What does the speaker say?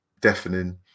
deafening